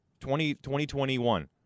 2021